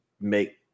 make